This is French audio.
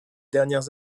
dernières